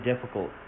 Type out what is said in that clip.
difficult